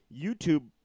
YouTube